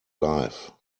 life